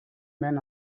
men